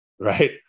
right